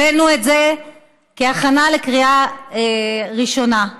הבאנו את זה להכנה לקריאה ראשונה.